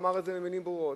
ואמר את זה במלים ברורות.